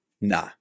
nah